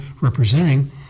representing